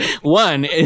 One